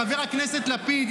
חבר הכנסת לפיד,